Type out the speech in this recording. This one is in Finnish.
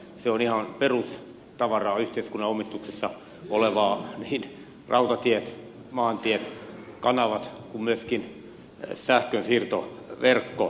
se on ihan perustavaraa yhteiskunnan omistuksessa olevaa niin rautatiet maantiet kanavat kuin myöskin sähkönsiirtoverkko